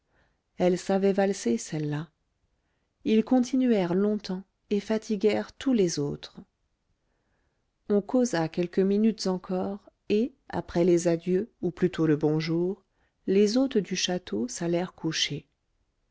elle savait valser celle-là ils continuèrent longtemps et fatiguèrent tous les autres on causa quelques minutes encore et après les adieux ou plutôt le bonjour les hôtes du château s'allèrent coucher